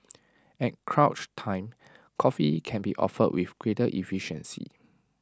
at crunch time coffee can be offered with greater efficiency